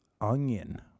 Onion